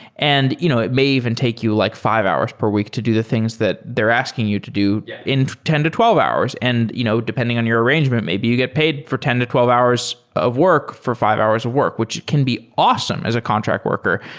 and you know it may even take you like five hours per week to do the things that they're asking you to do in ten to twelve hours. and you know depending on your arrangement, maybe you get paid for ten to twelve hours of work for five hours of work, which can be awesome as a contract worker.